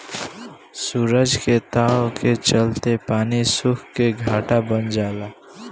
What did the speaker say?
सूरज के ताव के चलते पानी सुख के घाटा बन जाला